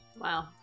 Wow